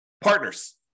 Partners